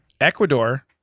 ecuador